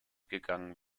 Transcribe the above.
gegangen